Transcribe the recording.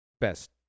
Best